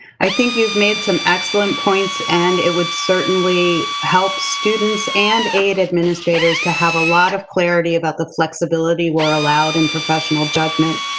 i think you've made some excellent points and it would certainly help students and aid administrators to have a lot of clarity about the flexibility we're allowed in professional judgment,